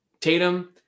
Tatum